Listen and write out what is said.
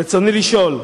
רצוני לשאול: